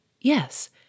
Yes